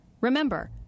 Remember